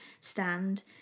stand